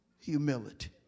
humility